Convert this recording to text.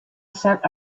sat